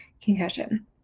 concussion